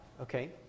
okay